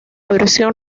versión